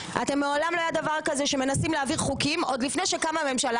מעולם לא היה דבר כזה שמנסים להעביר חוקים עוד לפני שקמה הממשלה.